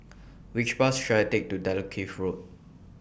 Which Bus should I Take to Dalkeith Road